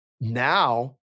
Now